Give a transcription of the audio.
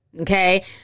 Okay